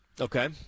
Okay